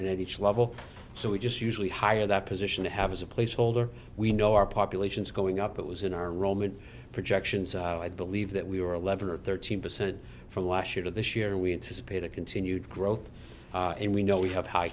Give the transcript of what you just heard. at each level so we just usually hire that position to have as a placeholder we know our population is going up it was in our roman projections i believe that we were eleven or thirteen percent from washington this year we anticipate a continued growth and we know we have high